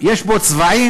יש בו צבעים: